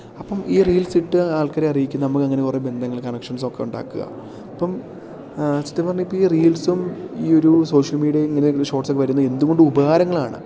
അപ്പോള് ഈ റീൽസിട്ട് ആൾക്കാരെ അറിയിക്കും നമുക്ക് അങ്ങനെ കുറേ ബന്ധങ്ങള് കണക്ഷൻസൊക്കെ ഉണ്ടാക്കുക അപ്പോള് കസ്റ്റമറിന് ഇപ്പോള് ഈ റീൽസും ഈ ഒരു സോഷ്യൽ മീഡിയ ഇങ്ങനെ ഉള്ള ഷോർട്ട്സൊക്കെ വരുന്നത് എന്തുകൊണ്ടും ഉപകാരങ്ങളാണ്